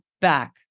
back